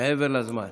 מעבר לזמן.